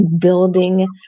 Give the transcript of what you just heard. Building